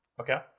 Okay